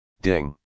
Ding